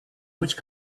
which